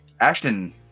Ashton